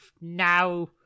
now